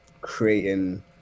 creating